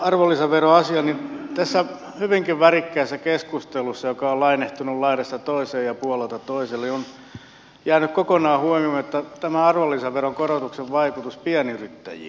tässä hyvinkin värikkäässä keskustelussa joka on lainehtinut laidasta toiseen ja puolelta toiselle on jäänyt kokonaan huomioimatta tämä arvonlisäveron korotuksen vaikutus pienyrittäjiin